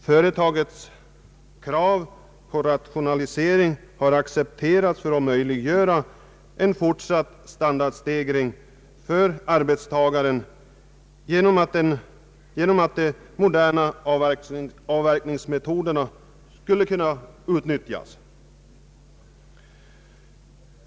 För att det skulle bli möjligt att åstadkomma en fortsatt standardstegring för arbetstagarna har dessa accepterat företagens krav på rationalisering och utnyttjande av moderna avverkningsmetoder.